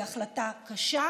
היא החלטה קשה.